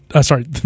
sorry